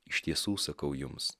iš tiesų sakau jums